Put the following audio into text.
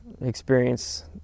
experience